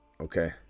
Okay